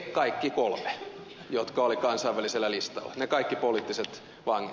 kaikki kolme jotka olivat kansainvälisellä listalla ne kaikki poliittiset vangit